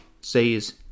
says